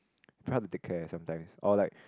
take care sometimes or like